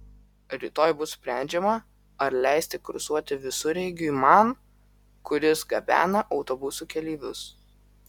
rytoj bus sprendžiama ar leisti kursuoti visureigiui man kuris gabena autobusų keleivius